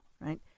Right